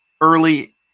early